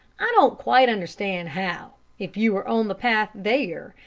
i don't quite understand how, if you were on the path there,